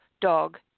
dog